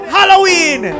Halloween